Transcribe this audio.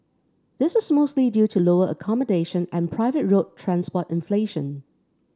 this was mostly due to lower accommodation and private road transport inflation